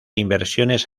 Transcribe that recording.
inversiones